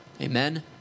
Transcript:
Amen